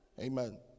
Amen